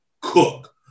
cook